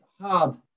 hard